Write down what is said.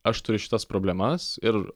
aš turiu šitas problemas ir